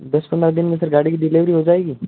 दस पंद्रह दिन में सर गाड़ी कि डिलीवरी हो जाएगी